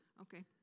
Okay